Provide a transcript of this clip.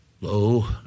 Lo